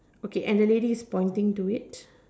okay and the lady is pointing to it